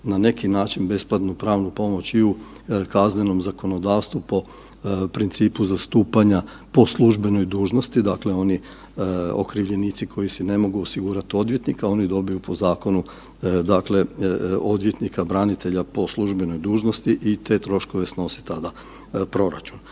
na neki način besplatnu pravnu pomoć i u kaznenom zakonodavstvu po principu zastupanja po službenoj dužnosti, dakle oni okrivljenici koji si ne mogu osigurati odvjetnika, oni dobiju po zakonu dakle, odvjetnika, branitelja po službenoj dužnosti i te troškove snosi tada proračun.